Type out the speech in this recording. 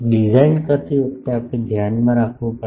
design કરતી વખતે આપણે ધ્યાનમાં રાખવું પડશે